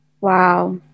Wow